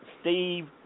Steve